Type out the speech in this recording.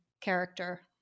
character